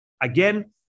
Again